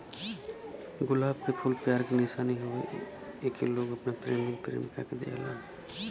गुलाब के फूल प्यार के निशानी हउवे एके लोग अपने प्रेमी प्रेमिका के देलन